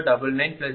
051740